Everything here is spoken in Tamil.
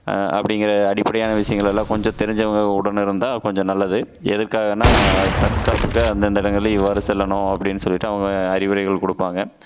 அப்படிங்கற அடிப்படையான விஷயங்களையெல்லாம் கொஞ்சம் தெரிஞ்சவங்க உடன் இருந்தால் கொஞ்சம் நல்லது எதற்காகன்னால் தற்காப்புக்காக அந்தெந்த இடங்கள்லே இவ்வாறு செல்லணும் அப்படின்னு சொல்லிவிட்டு அவங்க அறிவுரைகள் கொடுப்பாங்க